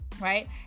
right